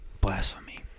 Blasphemy